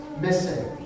missing